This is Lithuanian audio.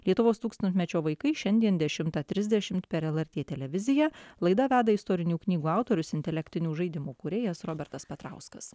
lietuvos tūkstantmečio vaikai šiandien dešimtą trisdešimt per lrt televiziją laidą veda istorinių knygų autorius intelektinių žaidimų kūrėjas robertas petrauskas